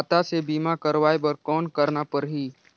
खाता से बीमा करवाय बर कौन करना परही?